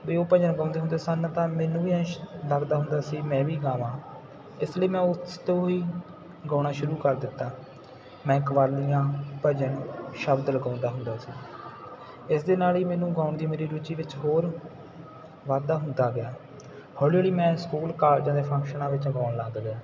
ਵੀ ਉਹ ਭਜਨ ਗਾਉਂਦੇ ਹੁੰਦੇ ਸਨ ਤਾਂ ਮੈਨੂੰ ਵੀ ਇੰਝ ਲੱਗਦਾ ਹੁੰਦਾ ਸੀ ਮੈਂ ਵੀ ਗਾਵਾਂ ਇਸ ਲਈ ਮੈਂ ਉਸ ਤੋਂ ਹੀ ਗਾਉਣਾ ਸ਼ੁਰੂ ਕਰ ਦਿੱਤਾ ਮੈਂ ਕਵਾਲੀਆਂ ਭਜਨ ਸ਼ਬਦ ਲਗਾਉਂਦਾ ਹੁੰਦਾ ਸੀ ਇਸ ਦੇ ਨਾਲ ਹੀ ਮੈਨੂੰ ਗਾਉਣ ਦੀ ਮੇਰੀ ਰੁਚੀ ਵਿੱਚ ਹੋਰ ਵਾਧਾ ਹੁੰਦਾ ਗਿਆ ਹੌਲੀ ਹੌਲੀ ਮੈਂ ਸਕੂਲ ਕਾਲਜਾਂ ਦੇ ਫੰਕਸ਼ਨਾਂ ਵਿੱਚ ਗਾਉਣ ਲੱਗ ਪਿਆ